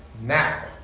now